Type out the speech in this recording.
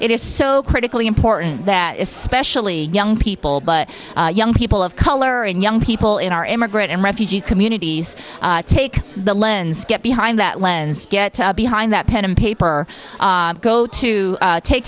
is so critically important that especially young people but young people of color and young people in our immigrant and refugee communities take the lens get behind that lens get behind that pen and paper go to take